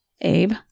Abe